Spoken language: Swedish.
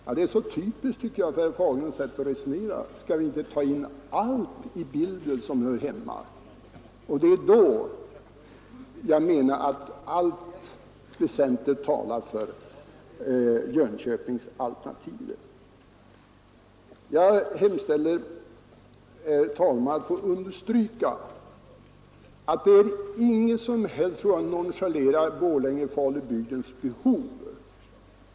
Det tycker jag är typiskt för herr Fagerlunds sätt att resonera. Skall vi inte ta in allt i bilden som hör hemma här? Det är då jag menar att allt väsentligt talar för Jönköpingsalternativet. Jag vill understryka, herr talman, att det inte alls är fråga om att nonchalera Falun-Borlängebygdens behov.